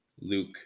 Luke